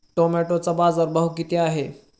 टोमॅटोचा बाजारभाव किती आहे?